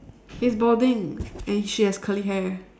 he's balding and she has curly hair